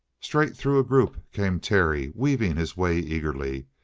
straight through a group came terry, weaving his way eagerly,